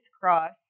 cross